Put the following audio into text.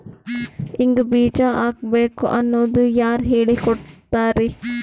ಹಿಂಗ್ ಬೀಜ ಹಾಕ್ಬೇಕು ಅನ್ನೋದು ಯಾರ್ ಹೇಳ್ಕೊಡ್ತಾರಿ?